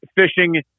fishing